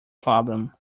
problem